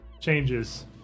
changes